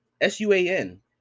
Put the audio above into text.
S-U-A-N